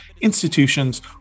institutions